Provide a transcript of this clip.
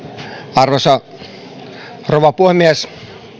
arvoisa rouva puhemies